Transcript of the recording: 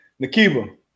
Nakiba